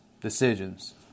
decisions